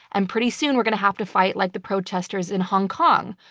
and pretty soon we're going to have to fight like the protesters in hong kong,